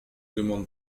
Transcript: demande